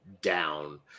down